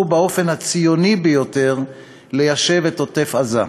באופן הציוני ביותר ליישב את עוטף-עזה.